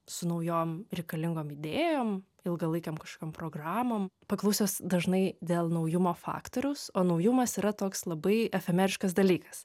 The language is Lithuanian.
su naujom reikalingom idėjom ilgalaikėm kažkokiom programom paklusęs dažnai dėl naujumo faktoriaus o naujumas yra toks labai efemeriškas dalykas